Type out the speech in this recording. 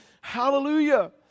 Hallelujah